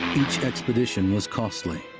each expedition was costly,